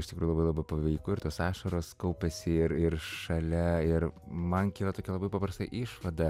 iš tikrųjų labai labai paveiku ir tos ašaros kaupiasi ir ir šalia ir man kyla tokia labai paprasta išvada